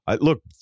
Look